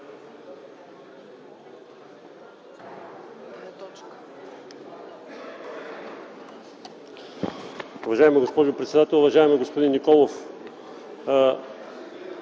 Уважаема госпожо председател! Уважаеми господин Николов,